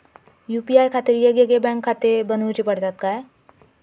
UPI खातीर येगयेगळे बँकखाते बनऊची पडतात काय?